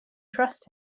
trust